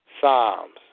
Psalms